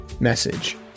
message